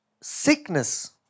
Sickness